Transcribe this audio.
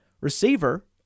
receiver